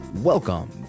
Welcome